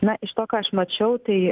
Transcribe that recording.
na iš to ką aš mačiau tai